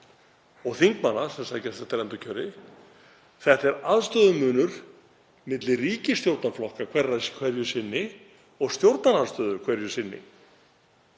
og þingmanna sem sækjast eftir endurkjöri, þetta er aðstöðumunur milli ríkisstjórnarflokkanna hverju sinni og stjórnarandstöðunnar hverju sinni.